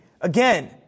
Again